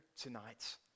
tonight